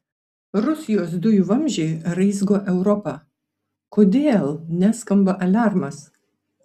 rusijos dujų vamzdžiai raizgo europą kodėl neskamba aliarmas